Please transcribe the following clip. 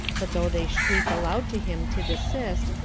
but though they shriek aloud to him to desist,